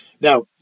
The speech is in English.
Now